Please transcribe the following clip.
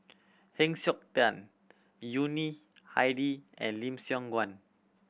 Heng Siok Tian Yuni Hadi and Lim Siong Guan